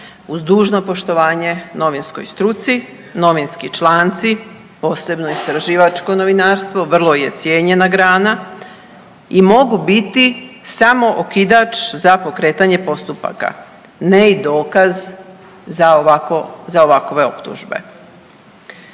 uz dužno poštovanje novinskoj struci novinski članci, posebno istraživačko novinarstvo vrlo je cijenjena grana i mogu biti samo okidač za pokretanje postupaka, ne i dokaz za ovakove optužbe.